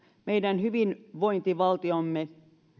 meidän hyvinvointivaltiomme